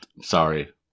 Sorry